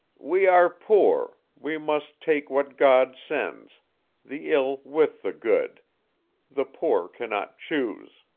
we are poor we must take what god sends the ill with the good the poor cannot choose.